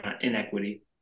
inequity